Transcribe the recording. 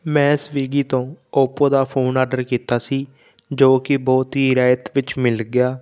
ਮੈਂ ਸਵੀਗੀ ਤੋਂ ਓਪੋ ਦਾ ਫ਼ੋਨ ਆਡਰ ਕੀਤਾ ਸੀ ਜੋ ਕਿ ਬਹੁਤ ਹੀ ਰਿਆਇਤ ਵਿੱਚ ਮਿਲ ਗਿਆ